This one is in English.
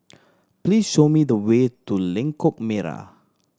please show me the way to Lengkok Merak